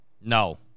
No